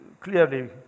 clearly